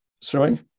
Sorry